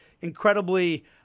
incredibly